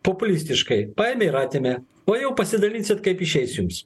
populistiškai paėmė ir atėmė o jau pasidalinsit kaip išeis jums